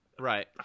Right